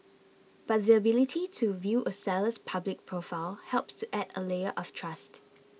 but the ability to view a seller's public profile helps to add a layer of trust